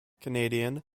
canadian